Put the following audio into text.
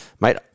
Mate